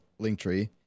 linktree